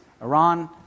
Iran